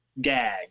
gag